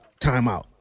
timeout